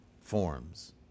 forms